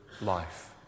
life